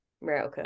Right